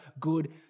good